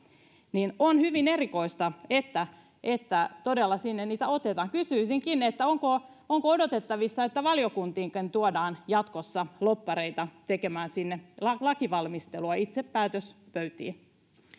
on hyvin erikoista että että todella sinne heitä otetaan kysyisinkin onko onko odotettavissa että valiokuntiinkin tuodaan jatkossa lobbareita tekemään lakivalmistelua itse päätöspöytiin